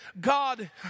God